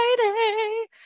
Friday